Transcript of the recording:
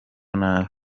nabi